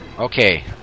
Okay